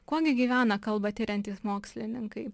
kuo gyvena kalbą tiriantys mokslininkai